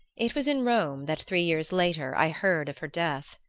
it was in rome that, three years later, i heard of her death.